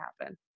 happen